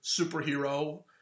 superhero